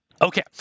Okay